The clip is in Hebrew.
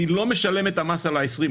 אני לא משלם את המס ה-20,